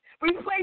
replace